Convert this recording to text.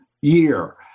year